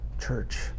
Church